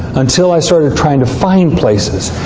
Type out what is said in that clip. until i started trying to find places.